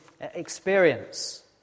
experience